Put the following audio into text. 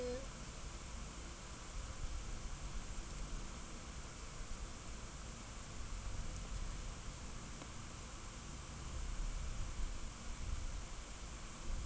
know